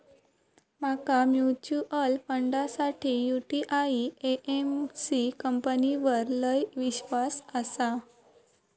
माका म्यूचुअल फंडासाठी UTI AMC कंपनीवर लय ईश्वास आसा